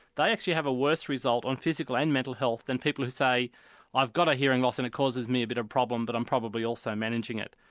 they actually have a worse result on physical and mental health than people who say i've got a hearing loss and it causes me a bit of a problem but i'm probably also managing it.